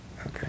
Okay